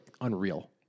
unreal